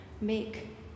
Make